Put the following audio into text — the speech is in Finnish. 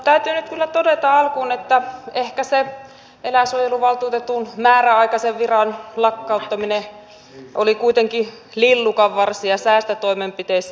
täytyy nyt kyllä todeta alkuun että ehkä se eläinsuojeluvaltuutetun määräaikaisen viran lakkauttaminen oli kuitenkin lillukanvarsia säästötoimenpiteissä